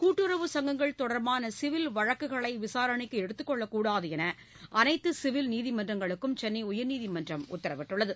கூட்டுறவு சங்கங்கள் தொடர்பான சிவில் வழக்குகளை விசாரணைக்கு எடுத்துக் கொள்ளக்கூடாது என அனைத்து சிவில் நீதிமன்றங்களுக்கும் சென்னை உயர்நீதிமன்றம் உத்தரவிட்டுள்ளது